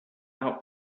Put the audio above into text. out